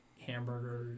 hamburger